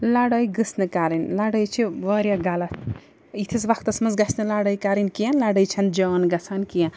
لَڑٲے گٔژھ نہٕ کَرٕنۍ لڑٲے چھِ واریاہ غلط یِتھِس وَقتس منٛز گَژھِ نہٕ لَڑٲے کَرٕنۍ کیٚنٛہہ لَڑٲے چھَنہٕ جان گژھان کیٚنٛہہ